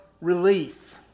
relief